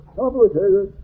complicated